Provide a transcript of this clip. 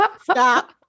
stop